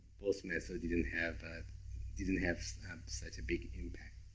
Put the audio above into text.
both method didn't have ah didn't have such a big impact.